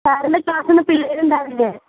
സാറിൻ്റെ ക്ലാസീന്ന് പിള്ളേരിണ്ടാവില്ലേ